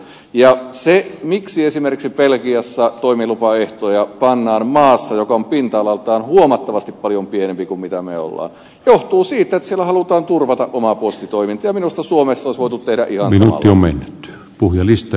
ja se miksi esimerkiksi belgiassa toimilupaehtoja pannaan maassa joka on pinta alaltaan huomattavasti paljon pienempi kuin mitä me olemme johtuu siitä että siellä halutaan turvata oma postitoiminta ja minusta suomessa olisi voitu tehdä ihan samalla tavalla